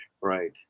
Right